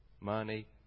money